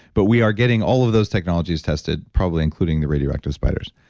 but we are getting all of those technologies tested probably including the radioactive spiders,